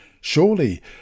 Surely